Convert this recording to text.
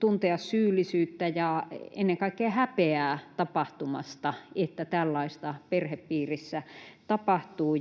tuntea syyllisyyttä ja ennen kaikkea häpeää tapahtumasta, että tällaista perhepiirissä tapahtuu.